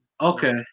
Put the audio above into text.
Okay